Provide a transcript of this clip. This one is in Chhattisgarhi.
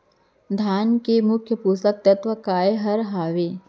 धान के मुख्य पोसक तत्व काय हर हावे?